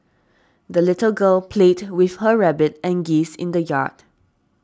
the little girl played with her rabbit and geese in the yard